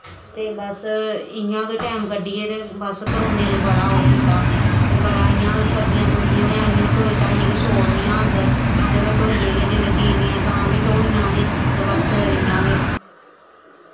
ते बस इ'यां गै टैंम कड्ढियै ते अस करोने ने बड़ा ओह् कीता ते बड़ा इ'यां सब्जियां सुब्जियां लेआनियां धोई धाइयै गै छोड़नियां अंदर ते धोइयै गै जिसले चीरनियां तां बी धोनियां असें ते बस इ'यां गै